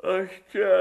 aš čia